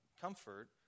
comfort